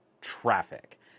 traffic